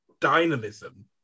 dynamism